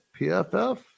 PFF